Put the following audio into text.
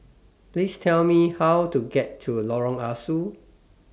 Please Tell Me How to get to Lorong Ah Soo